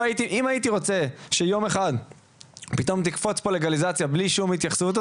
אם הייתי רוצה שיום אחד פתאום תקפוץ פה לגליזציה בלי שום התייחסות,